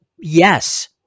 yes